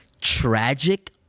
tragic